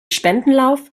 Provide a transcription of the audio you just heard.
spendenlauf